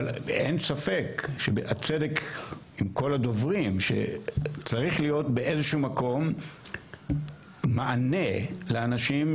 אבל אין ספק שהצדק עם כל הדוברים שצריך להיות באיזשהו מקום מענה לאנשים,